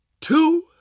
two